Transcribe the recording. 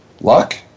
Luck